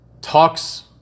Talks